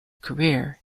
career